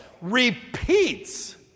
repeats